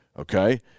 okay